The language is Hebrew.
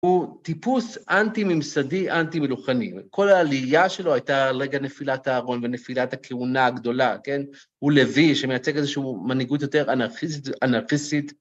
הוא טיפוס אנטי-ממסדי, אנטי-מלוכני. כל העלייה שלו הייתה על רגע נפילת הארון ונפילת הכהונה הגדולה, כן? הוא לוי, שמייצג איזושהי מנהיגות יותר אנרכיסטית.